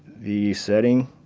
the setting,